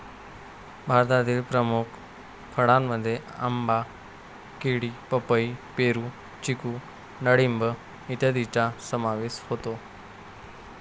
भारतातील प्रमुख फळांमध्ये आंबा, केळी, पपई, पेरू, चिकू डाळिंब इत्यादींचा समावेश होतो